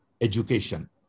education